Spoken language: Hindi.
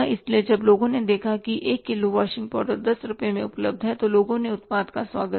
इसलिए जब लोगों ने देखा कि 1 किलो वाशिंग पाउडर 10 रुपये में उपलब्ध है तो लोगों ने उत्पाद का स्वागत किया